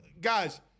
guys